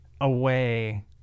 away